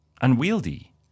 unwieldy